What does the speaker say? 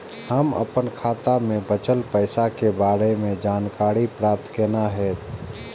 हम अपन खाता में बचल पैसा के बारे में जानकारी प्राप्त केना हैत?